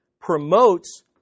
promotes